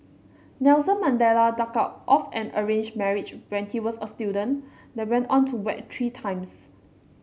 Nelson Mandela ducked out of an arranged marriage when he was a student then went on to wed three times